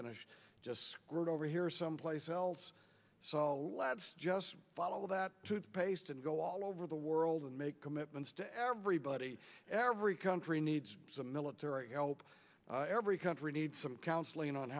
going to just screwed over here someplace else so let's just follow that toothpaste and go all over the world and make commitments to everybody every country needs a military help every country need some counseling on